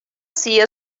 see